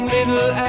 little